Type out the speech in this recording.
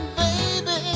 baby